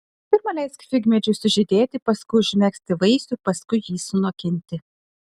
pirma leisk figmedžiui sužydėti paskui užmegzti vaisių paskui jį sunokinti